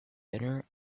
bitter